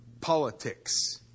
politics